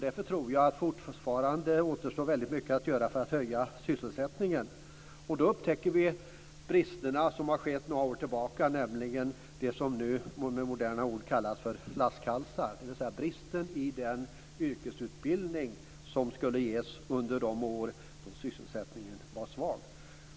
Därför tror jag att det fortfarande återstår väldigt mycket att göra för att höja sysselsättningen. Då upptäcker vi bristerna från några år tillbaka, nämligen det som nu med ett modernt ord kallas för flaskhalsar: bristerna i den yrkesutbildning som skulle ges under de år då sysselsättningen var svag.